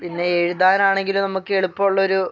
പിന്നെ എഴുതാനാണെങ്കിലും നമുക്ക് എളുപ്പമുള്ളൊരു